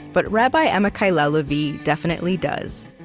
but rabbi amichai lau-lavie definitely does.